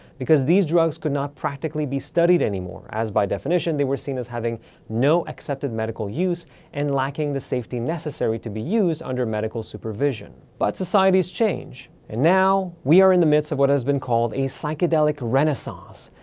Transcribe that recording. because these drugs could not practically be studied anymore as, by definition, they were seen as having no accepted medical use and lacking the safety necessary to be used under medical supervision but societies change and now, we are in the midst of what has been called a psychedelic renaissance,